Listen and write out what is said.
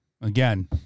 again